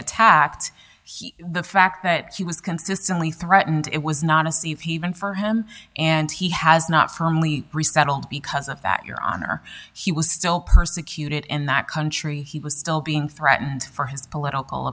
attacked the fact that she was consistently threatened it was not a safe haven for him and he has not firmly resettled because of that your honor he was still persecuted in that country he was still being threatened for his political